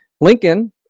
lincoln